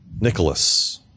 Nicholas